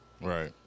right